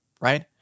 right